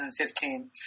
2015